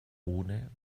ohne